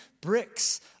bricks